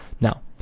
Now